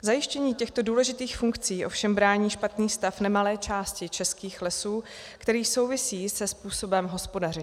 Zajištění těchto důležitých funkcí ovšem brání špatný stav nemalé části českých lesů, který souvisí se způsobem hospodaření.